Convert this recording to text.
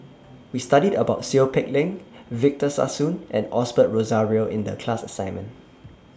We studied about Seow Peck Leng Victor Sassoon and Osbert Rozario in The class assignment